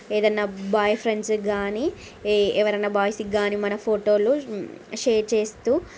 ఏదన్నా బాయ్ ఫ్రెండ్స్కి కానీ ఎవరైనా బాయ్స్ కానీ మన ఫోటోలు షేర్ చేస్తు